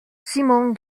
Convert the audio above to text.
simon